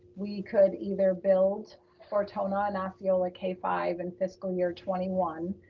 we could either build ortona and osceola k five in fiscal year twenty one,